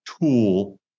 tool